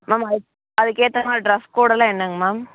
ma'am அது அதுக்கேற்ற மாதிரி ட்ரெஸ் கோடெல்லாம் என்னங்க மேம்